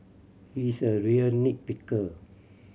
he's a real nit picker